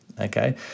Okay